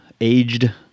aged